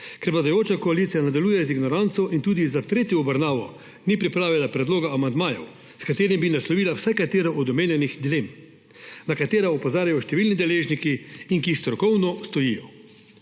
vladajoča koalicija nadaljuje z ignoranco in tudi za tretjo obravnavo ni pripravila predloga amandmajev, s katerimi bi naslovila vsaj katero od omenjenih dilem, na katera opozarjajo številni deležniki in ki strokovno stojijo.